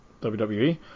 WWE